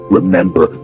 remember